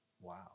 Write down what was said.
wow